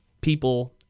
people